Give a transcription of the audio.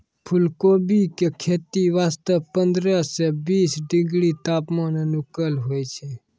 फुलकोबी के खेती वास्तॅ पंद्रह सॅ बीस डिग्री तापमान अनुकूल होय छै